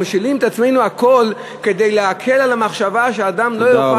אנחנו משילים מעצמנו את הכול כדי להקל על המחשבה שאדם לא יוכל,